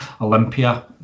Olympia